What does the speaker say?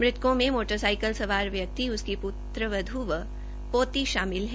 मृतकों में मोटरसाइकिल सवाल व्यक्ति उनकी पुत्रवध् व पोती शामिल है